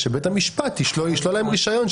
שבית המשפט ישלול להם רישיון,